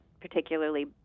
particularly